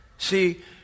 see